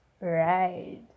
right